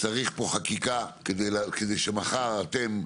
צריך פה חקיקה כדי שמחר אתם,